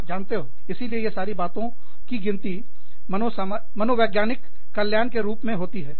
आप जानते हो इसीलिए यह सारी बातों चीजों की गिनती मनोवैज्ञानिक कल्याण के रूप में होती हैं